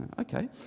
okay